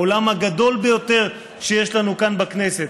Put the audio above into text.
האולם הגדול ביותר שיש לנו כאן בכנסת,